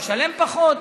משלם פחות.